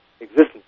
existence